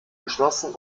geschlossen